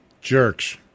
jerks